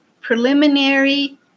Preliminary